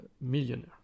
millionaire